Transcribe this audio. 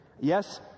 Yes